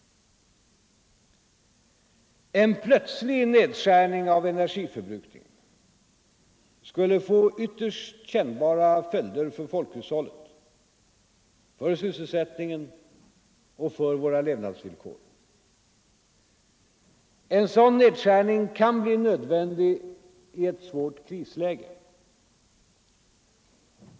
En plötslig nedskärning av energiförbrukningen skulle få ytterst kännbara följder för folkhushållet, för sysselsättningen och för våra levnadsvillkor. En sådan nedskärning kan bli nödvändig i ett svårt krisläge.